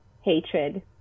Hatred